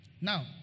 Now